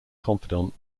confidant